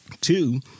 Two